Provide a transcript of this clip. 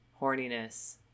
horniness